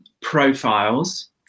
profiles